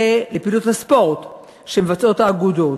לפעילות הספורט שמבצעות האגודות,